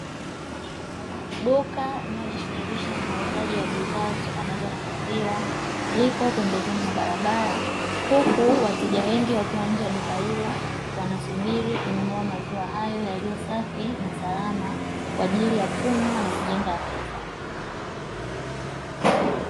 Duka linalojishughulisha na uuzaji wa bidhaa zitokanazo na maziwa, liko pembezoni mwa barabara, huku wateja wengi wakiwa nje ya duka hilo, wanasubiri kununua maziwa hayo yaliyo safi na salama, kwa ajili ya kunywa na kujenga afya zao.